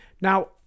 Now